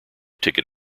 ticket